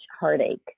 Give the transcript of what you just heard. heartache